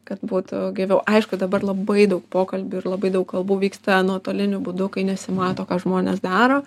kad būtų gyviau aišku dabar labai daug pokalbių ir labai daug kalbų vyksta nuotoliniu būdu kai nesimato ką žmonės daro